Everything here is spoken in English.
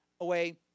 away